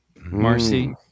marcy